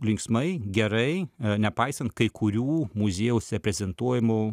linksmai gerai nepaisant kai kurių muziejaus reprezentuojamų